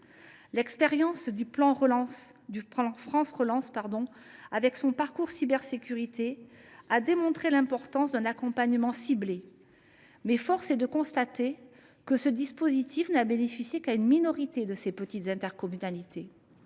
L’expérience du plan France Relance et de son parcours cybersécurité a démontré l’importance d’un accompagnement ciblé. Toutefois, force est de constater que ce dispositif n’a bénéficié qu’à une minorité de petites intercommunalités.